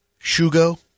Shugo